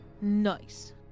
Nice